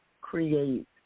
create